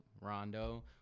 Rondo